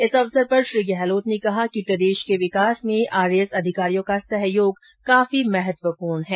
इस अवसर पर श्री गहलोत ने कहा कि प्रदेश के विकास में आरएएस अधिकारियों का सहयोग काफी महत्वपूर्ण है